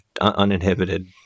uninhibited